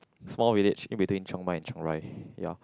small village in between Chiang-Mai and Chiang-Rai ya